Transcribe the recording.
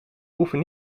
hoeven